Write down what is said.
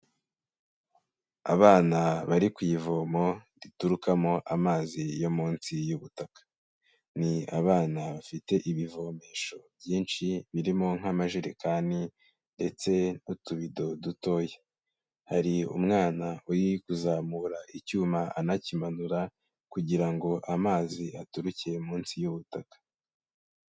Abana bari ku ivomo riturukamo amazi yo munsi y'ubutaka. Ni abana bafite ibivomesho byinshi birimo nk'amajerekani ndetse n'utubido dutoya. Hari umwana uri kuzamura icyuma anakimanura kugira ngo amazi aturukire munsi y'ubutaka.